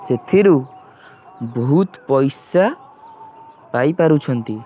ସେଥିରୁ ବହୁତ ପଇସା ପାଇ ପାରୁଛନ୍ତି